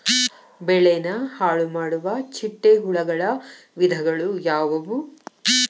ಬೆಳೆನ ಹಾಳುಮಾಡುವ ಚಿಟ್ಟೆ ಹುಳುಗಳ ವಿಧಗಳು ಯಾವವು?